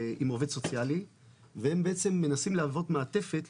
עם עובד סוציאלי והם בעצם מנסים להוות מעטפת,